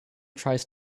tries